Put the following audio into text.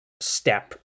step